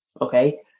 okay